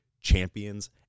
champions